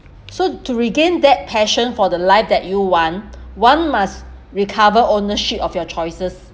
so to regain that passion for the life that you want one must recover ownership of your choices